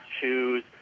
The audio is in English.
shoes